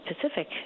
Pacific